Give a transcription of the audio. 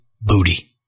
Booty